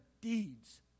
deeds